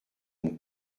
mon